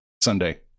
Sunday